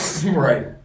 right